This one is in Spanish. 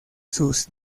sus